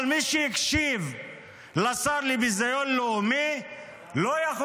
אבל מי שהקשיב לשר לביזיון לאומי לא יכול